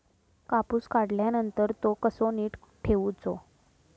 कापूस काढल्यानंतर तो कसो नीट ठेवूचो?